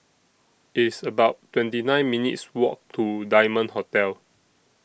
It's about twenty nine minutes' Walk to Diamond Hotel